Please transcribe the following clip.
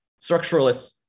structuralists